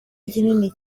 kinini